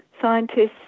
scientists